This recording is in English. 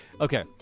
Okay